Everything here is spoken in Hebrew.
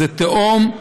זה תהום,